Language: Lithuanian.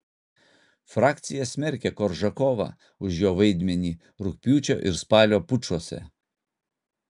frakcija smerkia koržakovą už jo vaidmenį rugpjūčio ir spalio pučuose